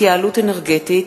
התייעלות אנרגטית),